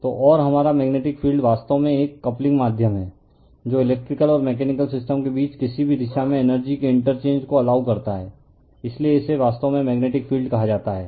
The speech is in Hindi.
तो और हमारा मेग्नेटिक फील्ड वास्तव में एक कपलिंग माध्यम है जो इलेक्ट्रिकल और मैकेनिकल सिस्टम के बीच किसी भी दिशा में एनर्जी के इंटरचेंज को एलाउ करता हैं इसलिए इसे वास्तव में मेग्नेटिक फील्ड कहा जाता है